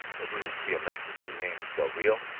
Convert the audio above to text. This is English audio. ever see a mexican named del rio?